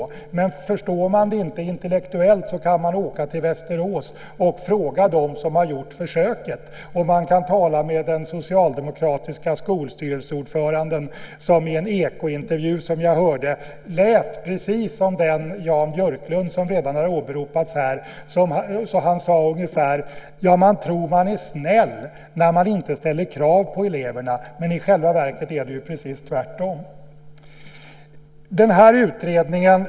Om man inte förstår det intellektuellt kan man åka till Västerås och fråga dem som gjort försöket. Man kan också tala med den socialdemokratiska skolstyrelseordföranden, som i en Ekointervju lät precis som den Jan Björklund som redan åberopats här. Han sade ungefär: Man tror att man är snäll när man inte ställer krav på eleverna, men i själva verket är det precis tvärtom.